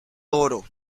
oro